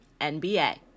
NBA